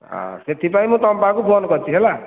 ହଁ ସେଥିପାଇଁ ମୁଁ ତୁମ ପାଖକୁ ଫୋନ୍ କରିଛି ହେଲା